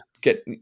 get